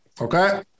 okay